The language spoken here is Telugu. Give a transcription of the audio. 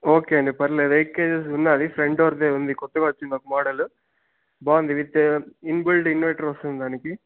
ఓకే అండి పర్లేదు ఎయిట్ కేజిస్ ఉన్నాది ఫ్రెంట్ డోరుదే ఉంది కొత్తగా వచ్చింది ఒక మోడలు బాగుంది విత్ ఇన్బిల్ట్ ఇన్వర్టర్ వస్తుంది దానికి